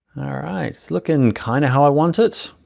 all right, it's looking kinda how i want it.